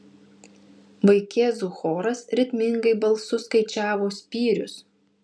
vaikėzų choras ritmingai balsu skaičiavo spyrius